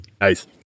Nice